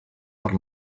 per